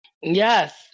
yes